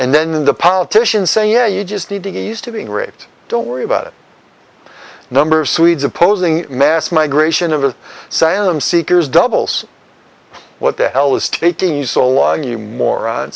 and then the politicians say yeah you just need to get used to being raped don't worry about it number of swedes opposing mass migration of sanam seekers doubles what the hell is taking so long you mor